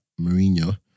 Mourinho